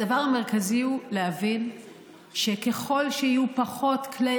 הדבר המרכזי הוא להבין שככל שיהיו פחות כלי